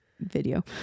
video